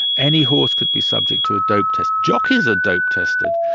any horse could be subject to a dope test. jockeys are dope-tested.